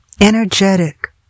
energetic